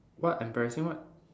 what embarrassing what